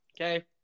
Okay